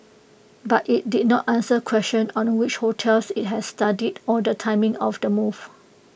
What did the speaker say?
but IT did not answer questions on which hotels IT had studied or the timing of the move